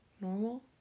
normal